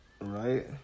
Right